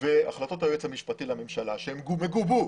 והחלטות היועץ המשפטי לממשלה שגובו